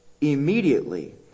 immediately